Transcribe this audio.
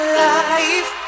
life